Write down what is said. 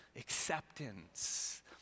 acceptance